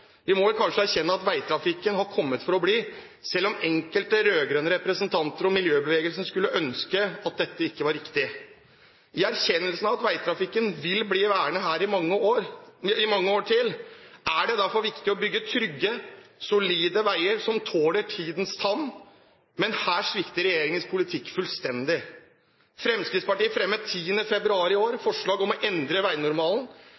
Vi må vel kanskje erkjenne at veitrafikken har kommet for å bli, selv om enkelte rød-grønne representanter og miljøbevegelsen skulle ønske at dette ikke var riktig. I erkjennelsen av at veitrafikken vil bli værende her i mange år til, er det derfor viktig å bygge trygge, solide veier som tåler tidens tann. Men her svikter regjeringens politikk fullstendig. Fremskrittspartiet fremmet 10. februar i år forslag om å endre veinormalen